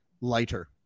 lighter